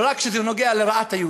אבל רק כשזה נוגע לרעת היהודים.